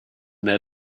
their